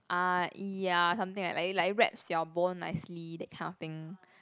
uh ya something like like it wraps your bone nicely that kind of thing